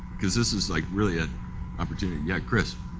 cause this is like really an opportunity, yeah, chris?